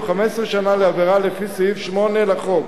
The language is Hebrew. או 15 שנה לעבירה לפי סעיף 8 לחוק.